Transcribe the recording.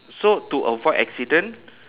so to avoid accident